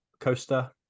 Coaster